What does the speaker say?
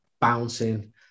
bouncing